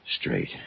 Straight